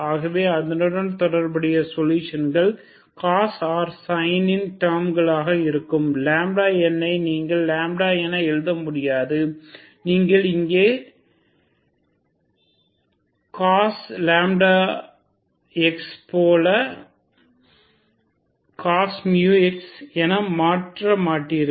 ஆகவே அதனுடன் தொடர்புடைய சொலுஷன் cos or sine இன் டேர்ம்களாக இருக்கும் n ஐ நீங்கள் என எழுத முடியாது நீங்கள் இங்கே போல் cos λx ஐ cos μx என மாற்ற மாட்டீர்கள்